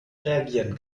reagieren